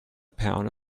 pound